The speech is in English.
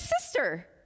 sister